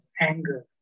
anger